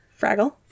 Fraggle